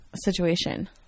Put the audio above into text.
situation